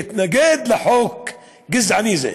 להתנגד לחוק גזעני זה.